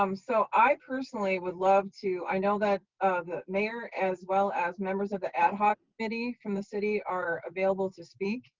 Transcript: um so i personally would love to i know that the mayor, as well as members of the ad hoc committee from the city are available to speak.